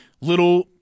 little